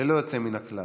ללא יוצא מן הכלל